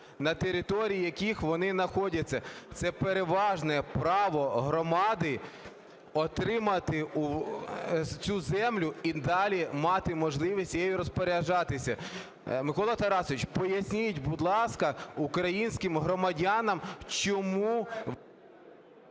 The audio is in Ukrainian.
на території яких вони находяться. Це переважне право громади отримати цю землю і далі мати можливість нею розпоряджатися. Микола Тарасович, поясніть, будь ласка, українським громадянам чому…